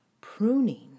Pruning